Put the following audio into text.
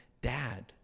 dad